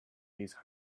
these